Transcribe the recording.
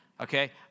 Okay